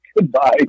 Goodbye